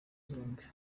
zombi